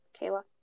Kayla